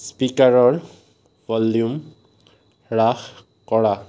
স্পিকাৰৰ volume হ্ৰাস কৰা